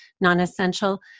non-essential